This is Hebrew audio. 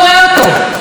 ואם קוראים אותו,